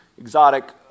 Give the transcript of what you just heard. exotic